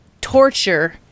torture